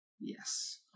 Yes